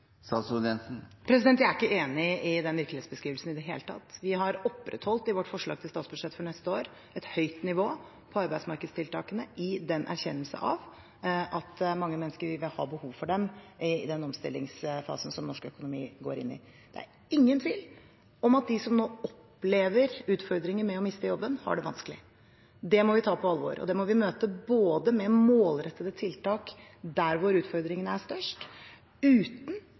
Jeg er ikke enig i den virkelighetsbeskrivelsen i det hele tatt. Vi har i vårt forslag til statsbudsjett for neste år opprettholdt et høyt nivå på arbeidsmarkedstiltakene, i den erkjennelse at mange mennesker vil ha behov for dem i den omstillingsfasen som norsk økonomi går inn i. Det er ingen tvil om at de som nå opplever utfordringer med å miste jobben, har det vanskelig. Det må vi ta på alvor, og det må vi møte med målrettede tiltak der hvor utfordringene er størst, uten